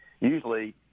usually